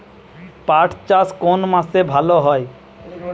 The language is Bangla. পাট চাষ কোন মাসে ভালো হয়?